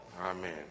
Amen